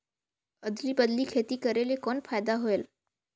अदली बदली खेती करेले कौन फायदा होयल?